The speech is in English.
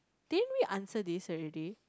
didn't we answer this already